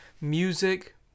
Music